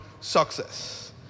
success